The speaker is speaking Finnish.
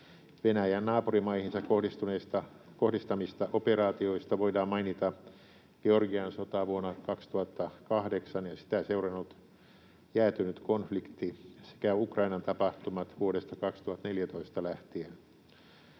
Venäjän naapurimaihinsa kohdistamista operaatioista voidaan mainita Georgian sota vuonna 2008 ja sitä seurannut jäätynyt konflikti sekä Ukrainan tapahtumat vuodesta 2014 lähtien.